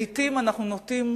לעתים אנחנו נוטים,